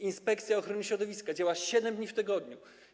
Inspekcja Ochrony Środowiska działa 7 dni w tygodniu.